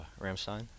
ramstein